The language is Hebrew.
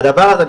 והדבר הזה,